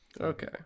Okay